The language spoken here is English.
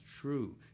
true